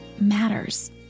matters